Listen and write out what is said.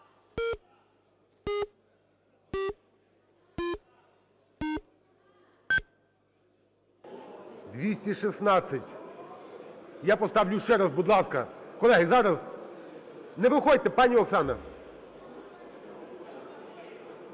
За-216 Я поставлю ще раз. Будь ласка. Колеги, зараз. Не виходьте, пані Оксана.